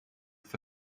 for